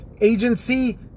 agency